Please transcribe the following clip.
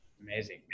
Amazing